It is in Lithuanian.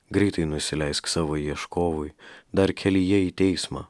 greitai nusileisk savo ieškovui dar kelyje į teismą